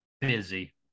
busy